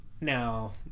now